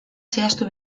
zehaztu